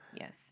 Yes